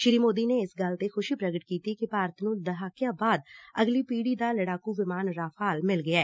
ਸ੍ਰੀ ਮੋਦੀ ਨੇ ਇਸ ਗੱਲ ਤੇ ਖੁਸ਼ੀ ਪ੍ਰਗਟ ਕੀਤੀ ਕਿ ਭਾਰਤ ਨੂੰ ਦਹਾਕਿਆਂ ਬਾਅਦ ਅਗਲੀ ਪੀੜੀ ਦਾ ਲੜਾਕੁਂ ਵਿਮਾਨ ਰਾਫਾਲ ਮਿਲ ਗਿਐ